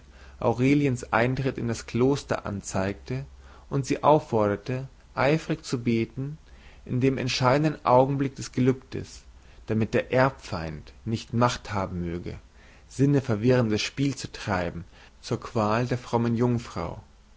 aureliens eintritt in das kloster anzeigte und sie aufforderte eifrig zu beten in dem entscheidenden augenblick des gelübdes damit der erbfeind nicht macht haben möge sinneverwirrendes spiel zu treiben zur qual der frommen jungfrau